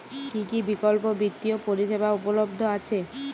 কী কী বিকল্প বিত্তীয় পরিষেবা উপলব্ধ আছে?